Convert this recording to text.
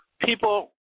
People